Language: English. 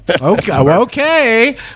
Okay